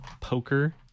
poker